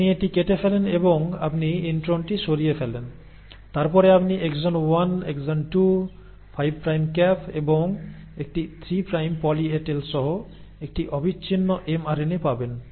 আপনি এটি কেটে ফেলেন এবং আপনি ইন্ট্রনটি সরিয়ে ফেলেন তারপরে আপনি এক্সন 1 এক্সন 2 5 প্রাইম ক্যাপ এবং একটি 3 প্রাইম পলি এ টেল সহ একটি অবিচ্ছিন্ন এমআরএনএ পাবেন